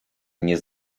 nie